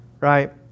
right